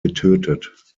getötet